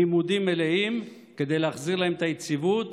לימודים מלאים, כדי להחזיר להם את היציבות,